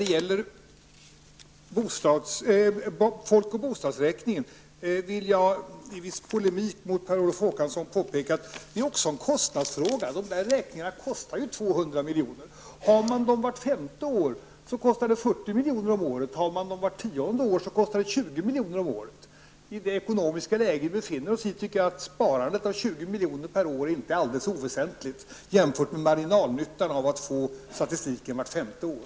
Beträffande folk och bostadsräkningen vill jag i viss polemik mot Per Olof Håkansson påpeka att det också är en kostnadsfråga hur ofta den skall äga rum. Varje gång folk och bostadsräkningen genomförs kostar det 200 milj.kr. Genomförs den vart femte år blir det 40 milj.kr. per år. Genomförs den vart tionde år blir det 20 milj.kr. om året. I dagens ekonomiska läge tycker jag att en inbesparing på 20 milj.kr. per år inte är alldeles oväsentlig jämfört med den marginella nyttan av att få statistiken vart femte år.